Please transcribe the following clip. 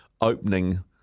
opening